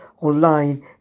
online